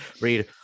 read